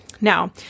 Now